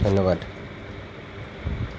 ধন্যবাদ